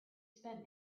spent